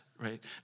right